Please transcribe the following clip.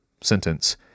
sentence